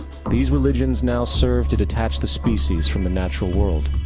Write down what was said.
these religions now served to detach the species from the natural world,